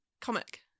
comic